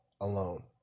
alone